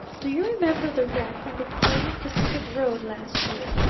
do you remember the wreck on the canadian pacific road last year?